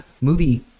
movie